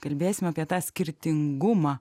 kalbėsime apie tą skirtingumą